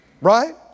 Right